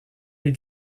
les